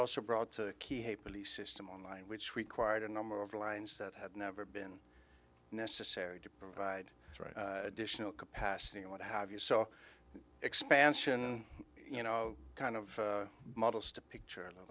also brought to key a police system on line which required a number of lines that had never been necessary to provide additional capacity and what have you so expansion you know kind of models to picture